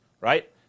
right